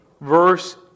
Verse